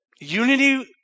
Unity